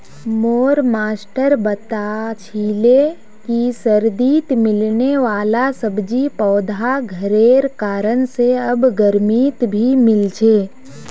मोर मास्टर बता छीले कि सर्दित मिलने वाला सब्जि पौधा घरेर कारण से आब गर्मित भी मिल छे